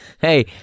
Hey